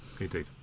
indeed